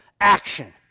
action